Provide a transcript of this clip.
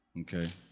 okay